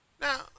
Now